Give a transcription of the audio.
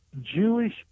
Jewish